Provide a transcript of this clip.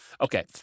okay